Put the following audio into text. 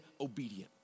obedient